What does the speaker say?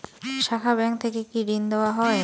শাখা ব্যাংক থেকে কি ঋণ দেওয়া হয়?